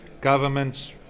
governments